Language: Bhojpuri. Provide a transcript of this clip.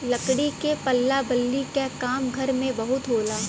लकड़ी के पल्ला बल्ली क काम घर मकान में बहुत होला